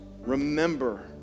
Remember